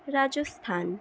Rajasthan